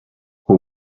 who